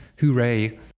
hooray